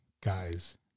guys